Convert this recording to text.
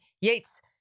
Yates